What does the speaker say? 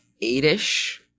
eight-ish